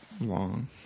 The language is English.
long